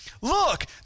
Look